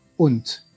Und